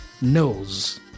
knows